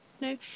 no